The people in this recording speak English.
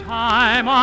time